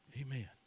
Amen